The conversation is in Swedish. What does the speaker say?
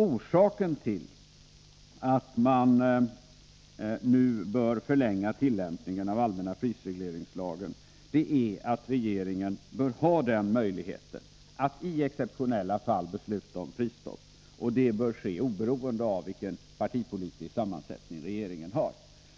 Orsaken till att man nu bör förlänga tillämpningen av allmänna prisregleringslagen är att regeringen bör ha möjligheten att i exceptionella fall besluta om prisstopp. Den möjligheten bör finnas oberoende av vilken partipolitisk sammansättning regeringen har.